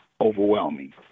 overwhelming